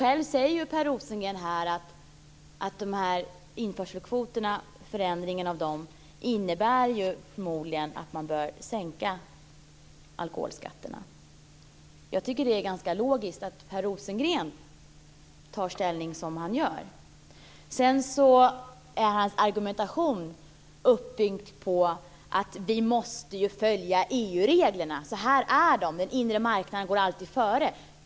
Själv säger han här att förändringen av införselkvoterna förmodligen innebär att man bör sänka de skatterna. Jag tycker därför att det är ganska logiskt att Per Rosengren tar ställning som han gör. Hans argumentation är uppbyggd på att vi måste följa EU-reglerna, att de ser ut på ett visst sätt och att den inre marknaden alltid går före.